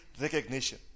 recognition